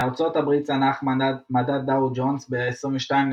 בארצות הברית צנח מדד דאו ג'ונס ב-22.6%,